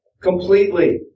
completely